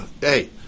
hey